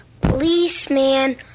policeman